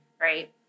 right